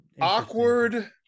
awkward